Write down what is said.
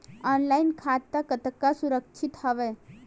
Online खाता कतका सुरक्षित हवय?